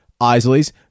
Isley's